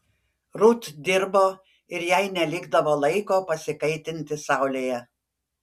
rut dirbo ir jai nelikdavo laiko pasikaitinti saulėje